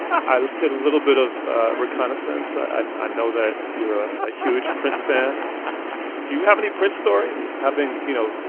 i did a little bit of reconnaissance. and i know that you're a huge prince fan do you have any prince stories, having, you know,